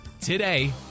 today